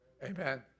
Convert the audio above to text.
Amen